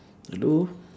hello